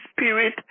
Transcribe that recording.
Spirit